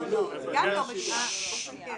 זה לא המקום --- שאול, זה כן.